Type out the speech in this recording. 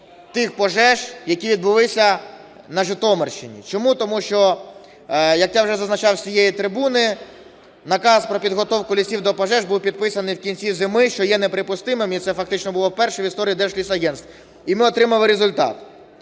тих пожеж, які відбулися на Житомирщині. Чому? Тому що, як я вже зазначав з цієї трибуни, наказ про підготовку лісів до пожеж був підписаний в кінці зими, що є неприпустимим. І це фактично було вперше в історії Держлісагентства. І ми отримали результат.